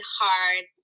hard